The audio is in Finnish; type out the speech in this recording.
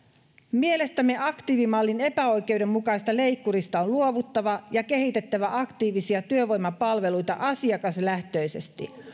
mielestämme aktiivimallin epäoikeudenmukaisesta leikkurista on luovuttava ja on kehitettävä aktiivisia työvoimapalveluita asiakaslähtöisesti